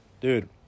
dude